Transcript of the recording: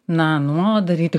na nuolat daryti